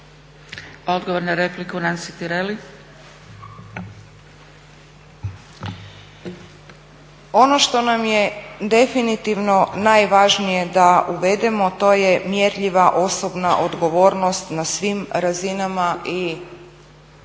- Stranka rada)** Ono što nam je definitivno najvažnije da uvedemo to je mjerljiva osobna odgovornost na svim razinama i u svim